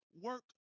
work